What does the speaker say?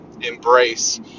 embrace